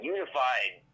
Unified